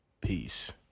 peace